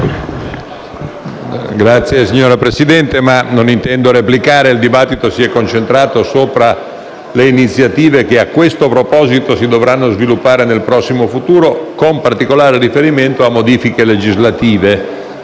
finanze*. Signor Presidente, non intendo replicare. Vorrei solo dire che il dibattito si è concentrato sulle iniziative che, a questo proposito, si dovranno sviluppare nel prossimo futuro, con particolare riferimento a modifiche legislative.